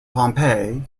pompeii